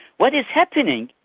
what is happening,